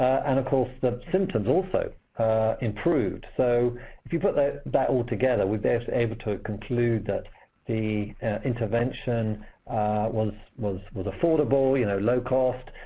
and of course, the symptoms also improved. so if you put that that all together, we're best able to conclude that the intervention was was affordable, you know low cost,